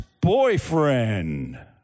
boyfriend